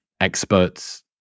experts